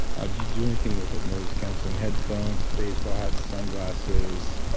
ah do you do anything with like noise-canceling headphones, baseball hats sunglasses,